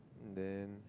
then